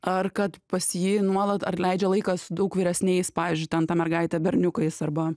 ar kad pas jį nuolat ar leidžia laiką su daug vyresniais pavyzdžiui ten ta mergaitė berniukais arba